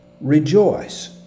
rejoice